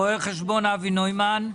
רו"ח אבי נוימן.